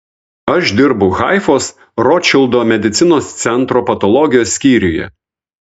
aš dirbu haifos rotšildo medicinos centro patologijos skyriuje